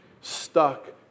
stuck